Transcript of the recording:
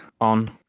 on